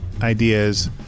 Ideas